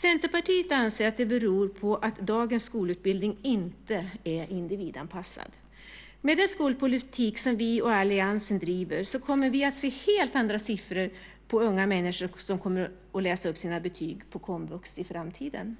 Centerpartiet anser att detta beror på att dagens skolutbildning inte är individanpassad. Med den skolpolitik som vi och alliansen driver kommer vi att se helt andra siffror på unga människor som behöver läsa upp sina betyg på komvux i framtiden.